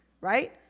right